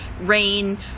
rain